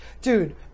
Dude